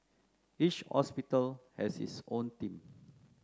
each hospital has its own team